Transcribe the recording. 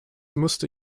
musste